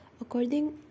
According